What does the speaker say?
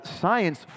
Science